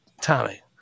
Tommy